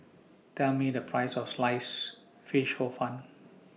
Tell Me The Price of Sliced Fish Hor Fun